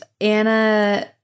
Anna